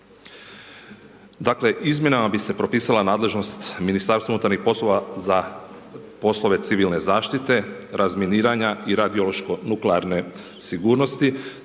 Dakle, izmjenama bi se propisala nadležnost Ministarstva unutarnjih poslova za poslove civilne zaštite, razminiranja i radiološko nuklearne sigurnosti,